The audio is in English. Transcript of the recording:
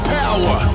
power